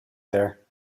there